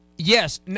Yes